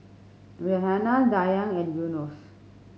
Raihana Dayang and Yunos